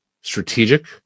strategic